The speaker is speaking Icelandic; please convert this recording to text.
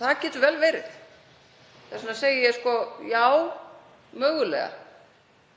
Það getur vel verið. Þess vegna segi ég já, mögulega.